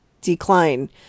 decline